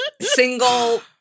Single